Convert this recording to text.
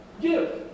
Give